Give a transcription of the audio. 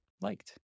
liked